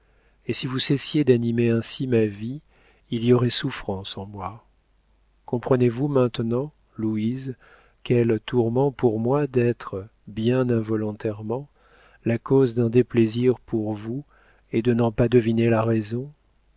et si vous cessiez d'animer ainsi ma vie il y aurait souffrance en moi comprenez-vous maintenant louise quel tourment pour moi d'être bien involontairement la cause d'un déplaisir pour vous et de n'en pas deviner la raison